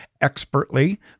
expertly